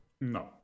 no